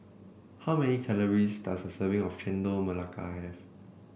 how many calories does a serving of Chendol Melaka have